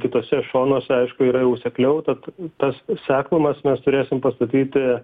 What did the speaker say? kituose šonuose aišku yra jau sekliau tad tas seklumas nes turėsim pastatyti